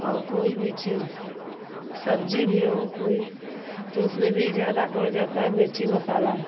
और कोई भी चीज़ सब्ज़ी भी हो तो तो उसमें भी ज़्यादा पड़ जाता है मिर्च मसाला